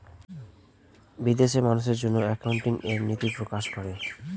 বিদেশে মানুষের জন্য একাউন্টিং এর নীতি প্রকাশ করে